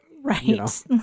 right